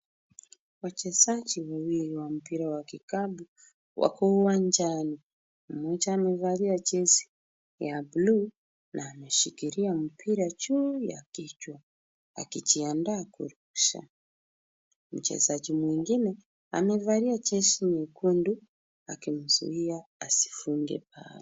Wachezaji wawili wa mpira ya kikapu wako uwanjani. Mmoja amevalia jezi ya buluu na ameshikilia mpira juu ya kichwa, akijiandaa kurusha. Mchezaji mwingine amevalia jezi nyekundu akimzuia asifunge bao.